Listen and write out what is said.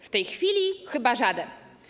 W tej chwili chyba żaden.